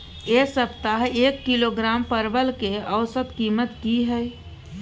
ऐ सप्ताह एक किलोग्राम परवल के औसत कीमत कि हय?